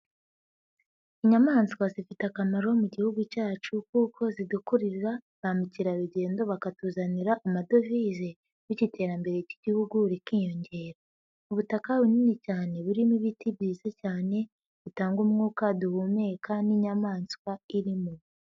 Inyamaswa zifite akamaro mu gihugu cyacu kuko zidukururiza ba mukerarugendo bakatuzanira amadovize, bityo iterambere ry'igihugu rikiyongera, ubutaka bunini cyane burimo ibiti byiza cyane bitanga umwuka duhumeka n'inyamaswa irimo.